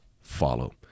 follow